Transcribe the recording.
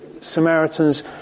Samaritans